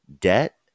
debt